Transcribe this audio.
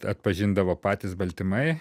atpažindavo patys baltymai